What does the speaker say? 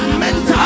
mental